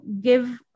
give